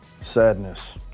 Sadness